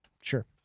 Sure